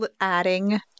adding